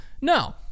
No